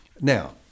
now